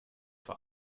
vor